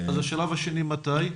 אז השלב השני מתי?